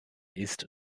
ist